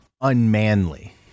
Unmanly